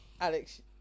Alex